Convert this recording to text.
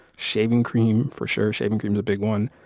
shaving cream, for sure, shaving cream is a big one.